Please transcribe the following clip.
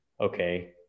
okay